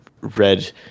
read